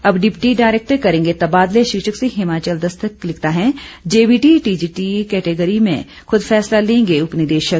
अब deputy director करेंगे तबादले शीर्षक से हिमाचल दस्तक लिखता है जेबीटी टीजीटी कैटेगरी में खुद फैसला लेंगे उपनिदेशक